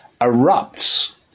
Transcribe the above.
erupts